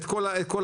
את כל הפעולות.